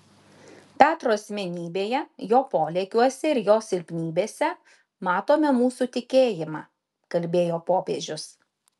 petro asmenybėje jo polėkiuose ir jo silpnybėse matome mūsų tikėjimą kalbėjo popiežius